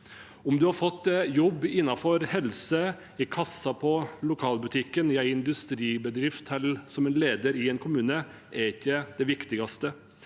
Om en har fått jobb innenfor helse, i kassen på lokalbutikken, i en industribedrift eller som leder i en kommune, er ikke det viktigste.